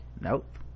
nope